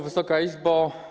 Wysoka Izbo!